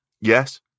Yes